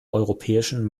europäischen